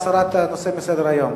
בעד הסרת הנושא מסדר-היום.